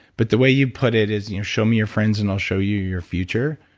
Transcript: but the way you put it is, you know show me your friends and i'll show you your future.